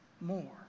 more